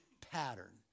pattern